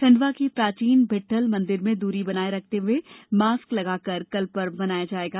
खंडवा के प्राचीन विट्ठल मंदिर में दूरी बनाये रखते हुए और मॉस्क लगाकर कल पर्व मनाया जायेगा